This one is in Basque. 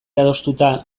adostuta